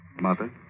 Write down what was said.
Mother